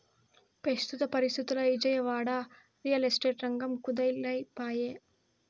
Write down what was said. పెస్తుత పరిస్తితుల్ల Vijayawada, real estate రంగం కుదేలై పాయె